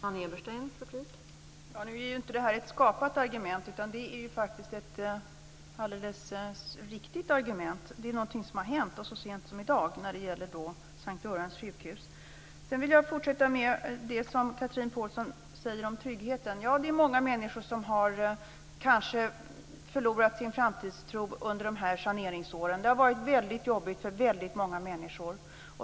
Fru talman! Nu är inte detta ett skapat argument. Det är faktiskt ett alldeles riktigt argument. Det är någonting som har hänt så sent som i dag när det gäller St:Görans sjukhus. Jag vill fortsätta med det Chatrine Pålsson säger om tryggheten. Det är många människor som kanske har förlorat sin framtidstro under saneringsåren. Det har varit väldigt jobbigt för väldigt många människor.